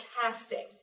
casting